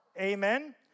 Amen